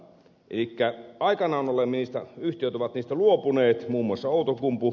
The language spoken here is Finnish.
elikkä aikanaan yhtiöt ovat niistä luopuneet muun muassa outokumpu